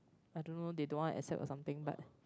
I don't know they don't want accept or something but